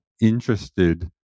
interested